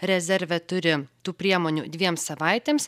rezerve turi tų priemonių dviem savaitėms